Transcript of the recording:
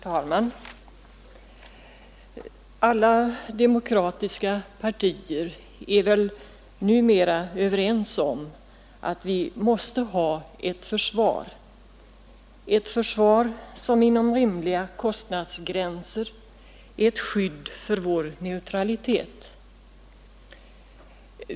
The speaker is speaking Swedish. Herr talman! Alla demokratiska partier är väl numera överens om att vi måste ha ett försvar, ett försvar som inom rimliga kostnadsgränser är ett skydd för vår neutralitet.